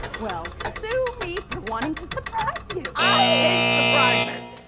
well, sue me for wanting to surprise you. i hate surprises.